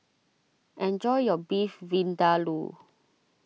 enjoy your Beef Vindaloo